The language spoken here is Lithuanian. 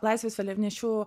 laisvės vėliavnešių